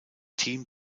team